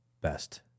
best